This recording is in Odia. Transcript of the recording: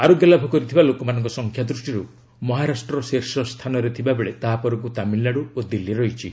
ଆରୋଗ୍ୟ ଲାଭ କରିଥିବା ଲୋକମାନଙ୍କ ସଂଖ୍ୟା ଦୃଷ୍ଟିରୁ ମହାରାଷ୍ଟ୍ର ଶୀର୍ଷସ୍ଥାନରେ ଥିବାବେଳେ ତାହାପରକୁ ତାମିଲନାଡ଼ୁ ଓ ଦିଲ୍ଲୀ ରହିଛି